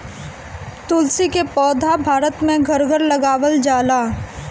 तुलसी के पौधा भारत में घर घर लगावल जाला